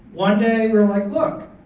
one day we're like, look,